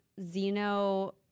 Zeno